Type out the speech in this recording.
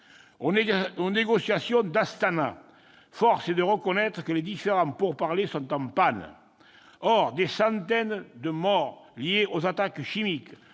aux négociations d'Astana, force est de reconnaître que les différents pourparlers sont en panne. Or les centaines de morts liés aux attaques chimiques